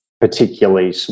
Particularly